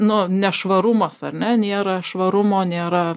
nu nešvarumas ar ne nėra švarumo nėra